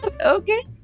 Okay